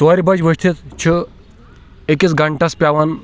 ژورِ بَج ؤتِھتھ چھِ أکِس گَنٛٹَس پیٚوان